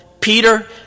Peter